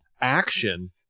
action